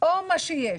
או מה שיש.